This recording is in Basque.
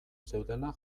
zeudela